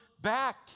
back